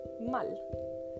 Mal